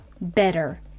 better